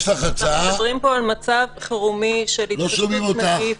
אנחנו מדברים פה על מצב חירומי של התפשטות נגיף,